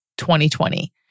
2020